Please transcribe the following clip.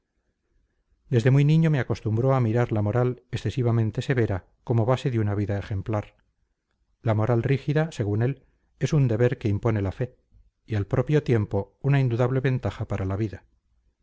desde muy niño me acostumbro a mirar la moral excesivamente severa como base de una vida ejemplar la moral rígida según él es un deber que impone la fe y al propio tiempo una indudable ventaja para la vida